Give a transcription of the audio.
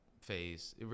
phase